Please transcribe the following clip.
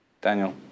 Daniel